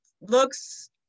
looks